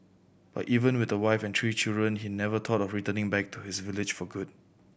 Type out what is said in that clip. but even with a wife and three children he never thought of returning back to his village for good